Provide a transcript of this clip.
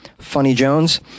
funnyjones